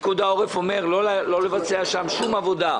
פיקוד העורף אומר לא לבצע שם שום עבודה,